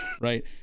right